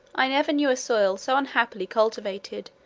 i never knew a soil so unhappily cultivated,